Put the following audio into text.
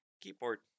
keyboard